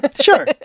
sure